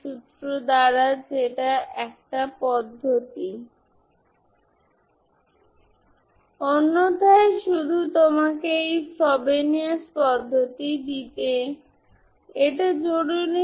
সুতরাং এটি আলাদাভাবে লিখুন abfsin2mπb axdx bmab2mπb a xdx সুতরাং 012 থেকে দৌড়ানোর মাধ্যমে আপনি এটি পান